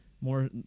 more